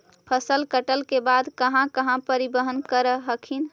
फसल कटल के बाद कहा कहा परिबहन कर हखिन?